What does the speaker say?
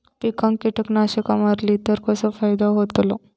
पिकांक कीटकनाशका मारली तर कसो फायदो होतलो?